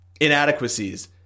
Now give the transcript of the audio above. inadequacies